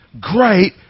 great